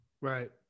Right